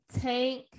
Tank